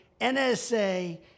NSA